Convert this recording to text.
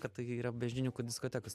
kad tai yra beždžioniukų diskotekos